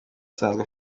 asanzwe